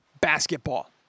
basketball